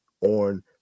on